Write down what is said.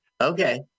Okay